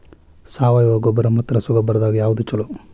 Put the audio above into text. ಸಾವಯವ ಗೊಬ್ಬರ ಮತ್ತ ರಸಗೊಬ್ಬರದಾಗ ಯಾವದು ಛಲೋ?